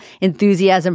enthusiasm